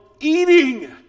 eating